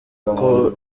uko